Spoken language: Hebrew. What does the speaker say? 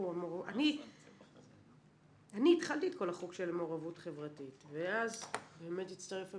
אני התחלתי את כל החוק של המעורבות החברתית ואז באמת הצטרף המילואים,